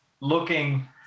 looking